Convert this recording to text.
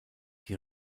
die